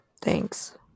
thanks